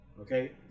Okay